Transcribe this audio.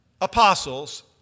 apostles